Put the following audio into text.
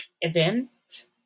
event